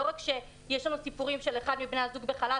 לא רק שיש לנו סיפורים על זה שאחד מבני הזוג נמצא בחל"ת,